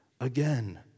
again